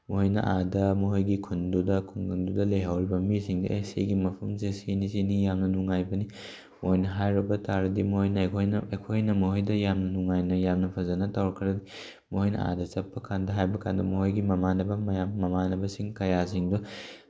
ꯃꯈꯣꯏꯅ ꯑꯥꯗ ꯃꯈꯣꯏꯒꯤ ꯈꯨꯟꯗꯨꯗ ꯈꯨꯡꯒꯪꯗꯨꯗ ꯂꯩꯍꯧꯔꯤꯕ ꯃꯤꯁꯤꯡꯁꯦ ꯑꯦ ꯁꯤꯒꯤ ꯃꯐꯝꯁꯦ ꯁꯤꯅꯤ ꯁꯤꯅꯤ ꯌꯥꯝꯅ ꯅꯨꯡꯉꯥꯏꯕꯅꯤ ꯑꯣꯏꯅ ꯍꯥꯏꯔꯕ ꯇꯥꯔꯗꯤ ꯃꯣꯏꯅ ꯑꯩꯈꯣꯏꯅ ꯑꯩꯈꯣꯏꯅ ꯃꯣꯏꯗ ꯌꯥꯝ ꯅꯨꯡꯉꯥꯏꯅ ꯌꯥꯝꯅ ꯐꯖꯅ ꯇꯧꯔꯛꯈ꯭ꯔꯗꯤ ꯃꯈꯣꯏꯅ ꯑꯥꯗ ꯆꯠꯄꯀꯥꯟꯗ ꯍꯥꯏꯕꯀꯥꯟꯗ ꯃꯈꯣꯏꯒꯤ ꯃꯃꯥꯟꯅꯕ ꯃꯌꯥꯝ ꯃꯃꯥꯟꯅꯕꯁꯤꯡ ꯀꯌꯥꯁꯤꯡꯗꯣ